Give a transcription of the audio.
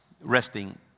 resting